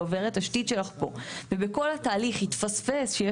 עוברת תשתית פה?״ ובכל התהליך התפספס שיש